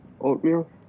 oatmeal